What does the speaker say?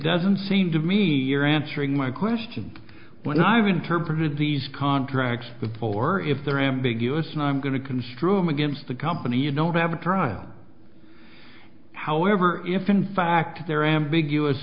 doesn't seem to me you're answering my question when i've interpreted these contracts before if they're ambiguous and i'm going to construe i'm against the company you don't have a trial however if in fact there are ambiguous